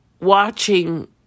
watching